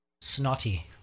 Snotty